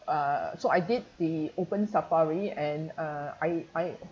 uh so I did the open safari and uh I I